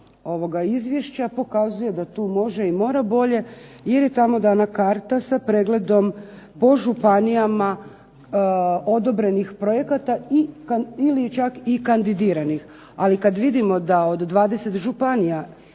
izvješća pokazuje da tu može i mora bolje, jer je tamo dana karta sa pregledom po županijama, odobrenih projekata ili čak i kandidiranih. Ali kada vidimo da od 20 županija